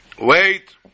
Wait